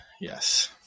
yes